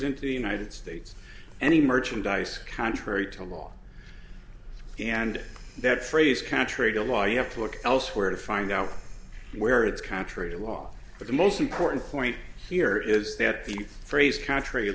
into the united states any merchandise contrary to law and that phrase contrary to law you have to look elsewhere to find out where it's contrary to law but the most important point here is that the phrase contr